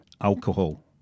alcohol